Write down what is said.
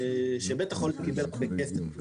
שבית החולים קיבל הרבה כסף.